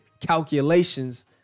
calculations